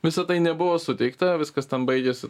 visa tai nebuvo suteikta viskas ten baigėsi